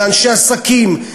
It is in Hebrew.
ואנשי עסקים,